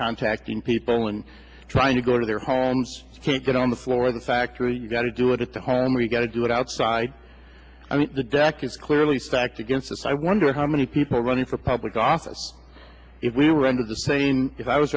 contacting people and trying to go to their homes can't get on the floor of the factory you gotta do it at home or you've got to do it outside i mean the deck is clearly stacked against us i wonder how many people are running for public office if we were under the same if i was